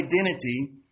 identity